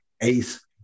Ace